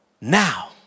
Now